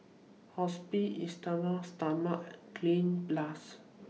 Hospicare Esteem Stoma and Cleanz Plus